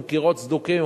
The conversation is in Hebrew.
עם קירות סדוקים,